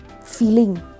feeling